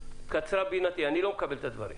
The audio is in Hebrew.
קצרה בינתי, אני לא מקבל את הדברים.